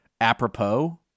apropos